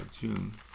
June